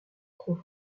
trop